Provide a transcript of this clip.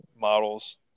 models